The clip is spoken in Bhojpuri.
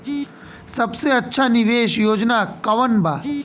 सबसे अच्छा निवेस योजना कोवन बा?